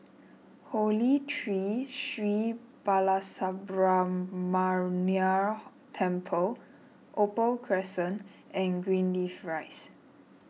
Holy Tree Sri Balasubramaniar Temple Opal Crescent and Greenleaf Rise